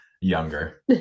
younger